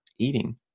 Eating